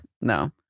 no